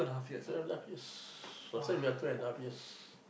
two and half years last time we're two and half years